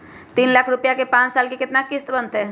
तीन लाख रुपया के पाँच साल के केतना किस्त बनतै?